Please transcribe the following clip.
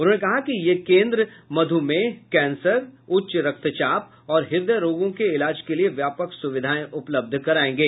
उन्होंने कहा कि ये केन्द्र मध्मेह कैंसर उच्च रक्तचाप और हृदय रोगों के इलाज के लिए व्यापक सुविधाएं उपलब्ध कराएंगे